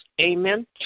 Amen